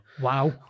wow